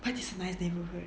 but is a nice neighbourhood